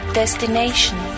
destination